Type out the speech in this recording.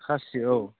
खासि औ